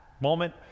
moment